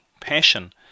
passion